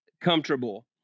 comfortable